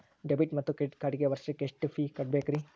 Debit ಮತ್ತು credit ಕಾರ್ಡ್ಗೆ ವರ್ಷಕ್ಕ ಎಷ್ಟ ಫೇ ಕಟ್ಟಬೇಕ್ರಿ?